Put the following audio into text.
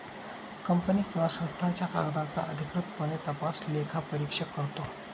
company किंवा संस्थांच्या कागदांचा अधिकृतपणे तपास लेखापरीक्षक करतो